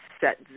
set